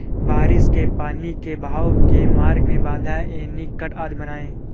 बारिश के पानी के बहाव के मार्ग में बाँध, एनीकट आदि बनाए